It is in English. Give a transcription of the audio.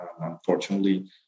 Unfortunately